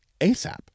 ASAP